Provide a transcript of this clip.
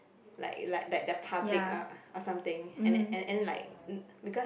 like like like the public or or something and and then like because